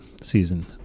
season